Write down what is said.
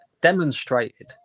demonstrated